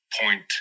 point